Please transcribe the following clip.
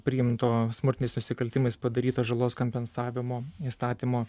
priimto smurtiniais nusikaltimais padarytos žalos kompensavimo įstatymo